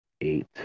eight